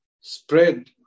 spread